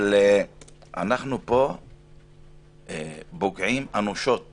אנחנו פה פוגעים אנושות